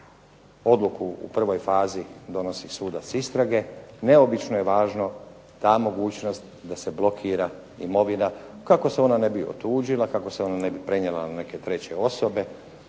odluku u prvoj fazi donosi sudac istrage. Neobično je važno ta mogućnost da se blokira imovina kako se ona ne bi otuđila, kako se ona ne bi prenijela na neke treće osobe